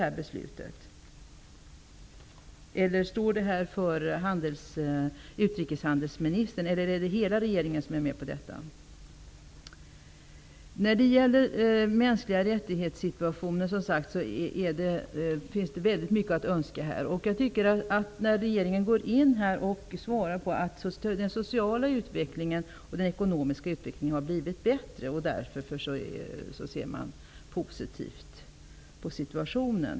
Är beslutet utrikeshandelsministerns eller är hela regeringen med på detta? Det finns mycket att önska i fråga om mänskliga rättigheter. Regeringen säger nu att den sociala och ekonomiska utvecklingen har blivit bättre och därför ser regeringen positivt på situationen.